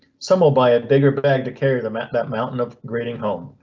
some will buy a bigger bag to carry them at that mountain. upgrading home,